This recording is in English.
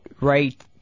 right